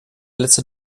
letzte